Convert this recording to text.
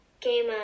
game